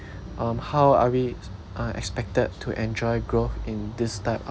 um how are we uh expected to enjoy growth in this type of